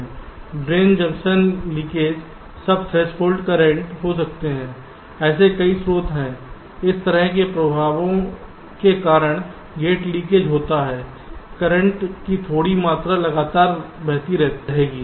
drain junction leakage sub threshold current हो सकते हैं ऐसे कई स्रोत हैं इस तरह के प्रभावों के कारण गेट लीकेज होता है करंट की थोड़ी मात्रा लगातार बहती रहेगी